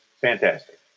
fantastic